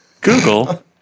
Google